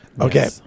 Okay